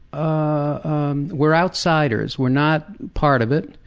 ah um we're outsiders. we're not part of it,